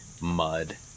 mud